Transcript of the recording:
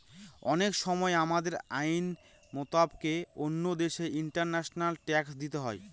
অনেক সময় আমাদের আইন মোতাবেক অন্য দেশে ইন্টারন্যাশনাল ট্যাক্স দিতে হয়